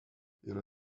yra